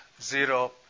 zero